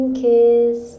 kiss